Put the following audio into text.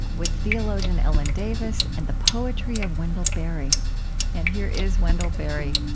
with theologian ellen davis and the poetry of wendell berry and here is wendell berry,